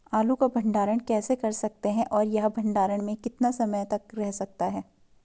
आलू को भंडारण कैसे कर सकते हैं और यह भंडारण में कितने समय तक रह सकता है?